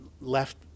left